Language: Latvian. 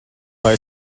vai